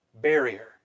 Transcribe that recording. Barrier